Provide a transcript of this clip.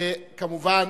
ואתה כמובן